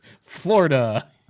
Florida